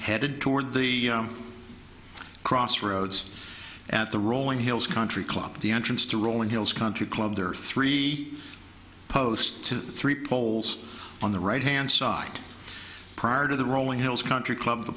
headed toward the crossroads at the rolling hills country club the entrance to rolling hills country club there are three posts to three poles on the right hand side prior to the rolling hills country club the